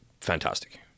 Fantastic